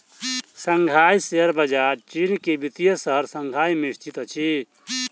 Shanghai share बजार चीन के वित्तीय शहर शंघाई में स्थित अछि